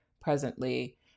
presently